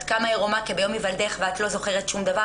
קמה עירומה כביום היוולדך ואת לא זוכרת שום דברים